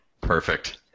Perfect